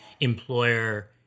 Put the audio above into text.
employer